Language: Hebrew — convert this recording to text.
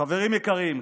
חברים יקרים,